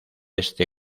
este